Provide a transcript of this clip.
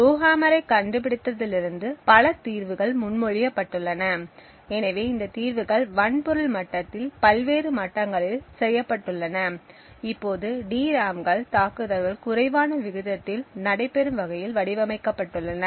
ரோஹம்மரைக் கண்டுபிடித்ததிலிருந்து பல தீர்வுகள் முன்மொழியப்பட்டுள்ளன எனவே இந்த தீர்வுகள் வன்பொருள் மட்டத்தில் பல்வேறு மட்டங்களில் செய்யப்பட்டுள்ளன இப்போது டிராம்கள் தாக்குதல்கள் குறைவான விகிதத்தில் நடைபெறும் வகையில் வடிவமைக்கப்பட்டுள்ளன